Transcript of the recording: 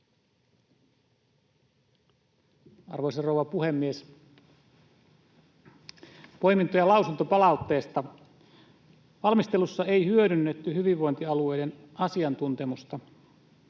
Arvoisa rouva puhemies! Poimintoja lausuntopalautteesta: Valmistelussa ei hyödynnetty hyvinvointialueiden asiantuntemusta,